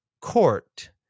Court